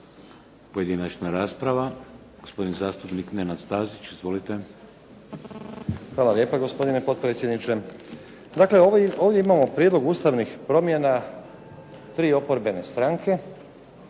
Pojedinačna rasprava. Gospodin zastupnik Nenad Stazić. Izvolite. **Stazić, Nenad (SDP)** Hvala lijepa. Gospodine potpredsjedniče. Ovdje imamo Prijedlog ustavnih promjena tri oporbene stranke